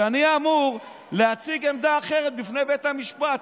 אני אמור להציג עמדה אחרת בפני בית המשפט.